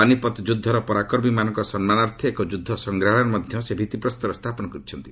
ପାନିପତ୍ ଯୁଦ୍ଧର ପରାକର୍ମୀମାନଙ୍କ ସମ୍ମାନାର୍ଥେ ଏକ ଯୁଦ୍ଧ ସଂଗ୍ରହାଳୟର ମଧ୍ୟ ସେ ଭିଭିପ୍ରସ୍ତର ସ୍ଥାପନ କରିଛନ୍ତି